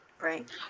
Right